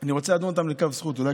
אני רוצה לדון אותם לכף זכות, אולי.